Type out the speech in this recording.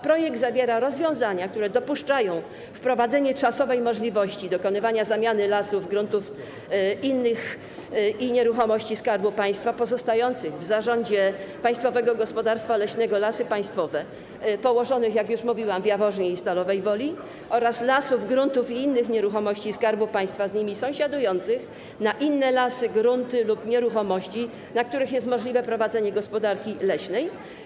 Projekt zawiera rozwiązania, które dopuszczają wprowadzenie czasowej możliwości dokonywania zamiany lasów, gruntów i innych nieruchomości Skarbu Państwa pozostających w zarządzie Państwowego Gospodarstwa Leśnego Lasy Państwowe położonych, jak już mówiłam, w Jaworznie i Stalowej Woli oraz lasów, gruntów i innych nieruchomości Skarbu Państwa z nimi sąsiadujących na inne lasy, grunty lub nieruchomości, na których jest możliwe prowadzenie gospodarki leśnej.